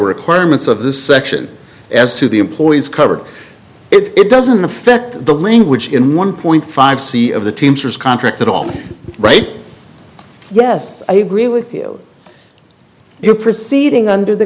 requirements of this section as to the employees covered it doesn't affect the language in one point five c of the teamsters contract it all right yes i agree with you you are proceeding under the